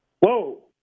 Whoa